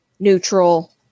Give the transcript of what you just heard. Neutral